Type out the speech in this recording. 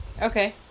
Okay